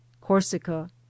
corsica